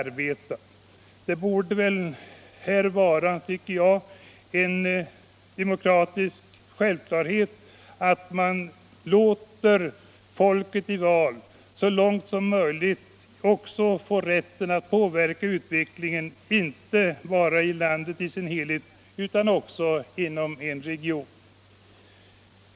Tvärtom — det borde väl vid det här laget vara en demokratisk självklarhet och en demokratisk rättighet att folket i val så långt det är möjligt skall ges rätten att påverka utvecklingen inte bara i landet som helhet, utan också i regionen.